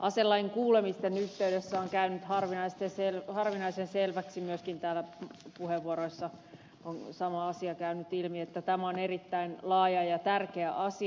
aselain kuulemisten yhteydessä on käynyt harvinaisen selväksi myöskin täällä puheenvuoroissa on sama asia käynyt ilmi että tämä on erittäin laaja ja tärkeä asia